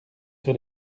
sur